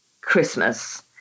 Christmas